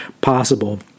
possible